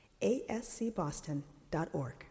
ASCBoston.org